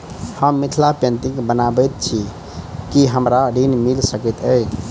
हम मिथिला पेंटिग बनाबैत छी की हमरा ऋण मिल सकैत अई?